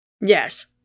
Yes